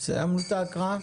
סיימנו את ההקראה?